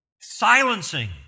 silencing